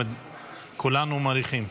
כולנו מעריכים.